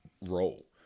role